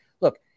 look